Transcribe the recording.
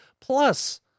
Plus